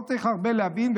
לא צריך הרבה להבין,